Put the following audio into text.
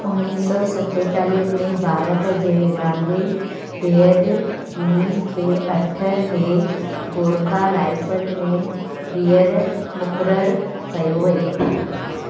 उणवीह सौ सतेतालीअ में भारत जे विरिहाङे बैदि हिननि खे अठ इहे गोरखा राइफ़ल में ॿींहरु मुक़ररु कयो वियो